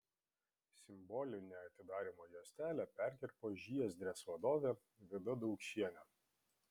simbolinę atidarymo juostelę perkirpo žiezdrės vadovė vida daukšienė